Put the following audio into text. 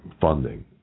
funding